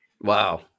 Wow